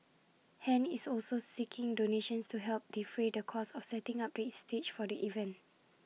han is also seeking donations to help defray the cost of setting up the stage for the event